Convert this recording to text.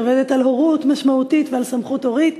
שעובדת על הורות משמעותית ועל סמכות הורית.